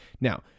Now